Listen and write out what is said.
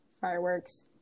Fireworks